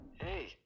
Hey